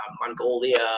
Mongolia